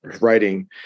writing